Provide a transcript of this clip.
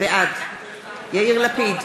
בעד יאיר לפיד,